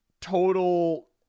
total